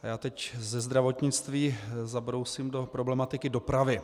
Já teď ze zdravotnictví zabrousím do problematiky dopravy.